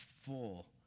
full